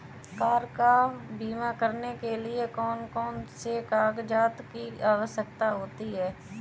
Car का बीमा करने के लिए कौन कौन से कागजात की आवश्यकता होती है?